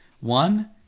One